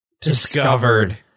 Discovered